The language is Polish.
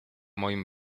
moim